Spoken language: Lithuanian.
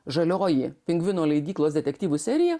žalioji pingvinų leidyklos detektyvų serija